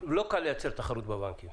לא קל לייצר תחרות בבנקים,